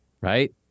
right